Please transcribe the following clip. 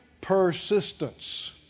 Persistence